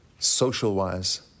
social-wise